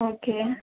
okay